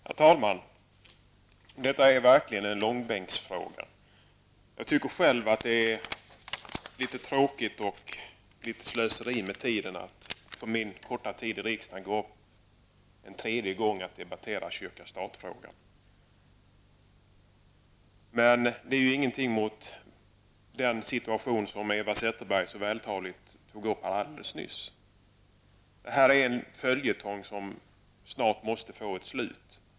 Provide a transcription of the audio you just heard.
Herr talman! Detta är verkligen en långbänksfråga. Jag tycker själv att det är litet tråkigt och litet slöseri med tid att under min korta tid i riksdagen gå upp en tredje gång för att debattera kyrka--stat-frågan. Men det är ingenting mot den situation som Eva Zetterberg så vältaligt tog upp alldeles nyss. Detta är en följetong som snart måste få ett slut.